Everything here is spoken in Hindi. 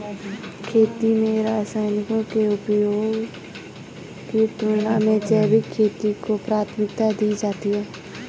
खेती में रसायनों के उपयोग की तुलना में जैविक खेती को प्राथमिकता दी जाती है